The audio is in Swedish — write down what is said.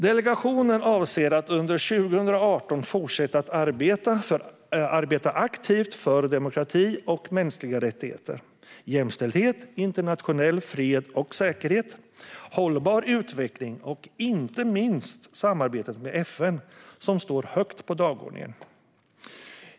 Delegationen avser att under 2018 fortsätta att arbeta aktivt för demokrati och mänskliga rättigheter, jämställdhet, internationell fred och säkerhet, hållbar utveckling och inte minst samarbetet med FN, som står högt på dagordningen.